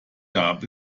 gab